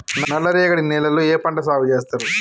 నల్లరేగడి నేలల్లో ఏ పంట సాగు చేస్తారు?